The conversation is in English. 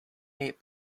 eight